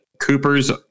Cooper's